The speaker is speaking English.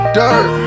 dirt